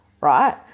Right